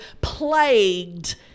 plagued